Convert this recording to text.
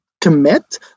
commit